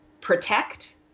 protect